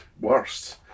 worst